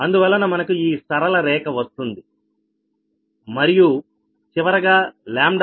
అందువలన మనకు ఈ సరళ రేఖ వస్తుంది మరియు చివరగా λ 0